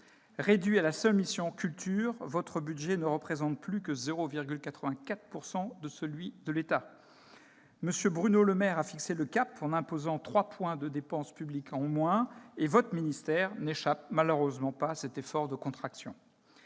Réduit à la seule mission « Culture », votre budget ne représente plus que 0,84 % de celui de l'État. M. Bruno Le Maire a fixé le cap en imposant « trois points de dépense publique en moins », et votre ministère n'échappe malheureusement pas à cet effort de contraction.